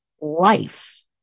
life